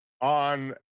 on